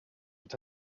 were